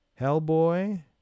Hellboy